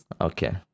Okay